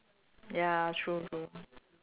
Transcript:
ya true